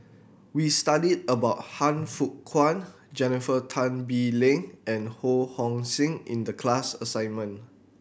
we studied about Han Fook Kwang Jennifer Tan Bee Leng and Ho Hong Sing in the class assignment